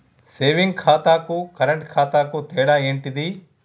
Saving ఖాతాకు current ఖాతాకు తేడా ఏంటిది?